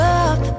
up